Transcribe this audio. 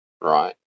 right